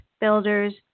builders